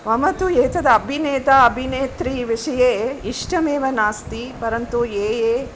मम तु एतद् अभिनेता अभिनेत्री विषये इष्टमेव नास्ति परन्तु ये ये